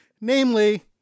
namely